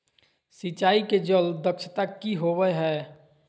सिंचाई के जल दक्षता कि होवय हैय?